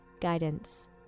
Guidance